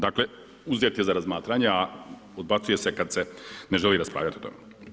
Dakle, uzeti za razmatranje a odbacuje se kada se ne želi raspravljati o tome.